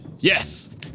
Yes